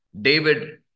David